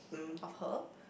of her